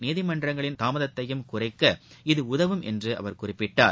நீதிமன்றங்களின் தாமதத்தையும் குறைக்க இது உதவும் என்று அவர் குறிப்பிட்டார்